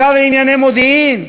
לשר לענייני מודיעין?